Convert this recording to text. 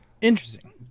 interesting